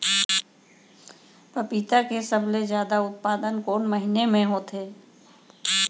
पपीता के सबले जादा उत्पादन कोन महीना में होथे?